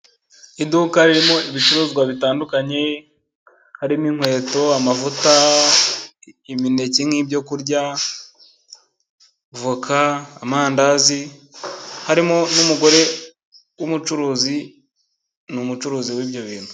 Iduka ririmo ibicuruzwa bitandukanye harimo inkweto, amavuta, imineke, nk'ibyo kurya, voka, amandazi harimo n'umugore w'umucuruzi, ni umucuruzi w'ibyo bintu.